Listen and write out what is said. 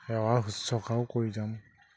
সেৱা শুশ্ৰূষাও কৰি যাম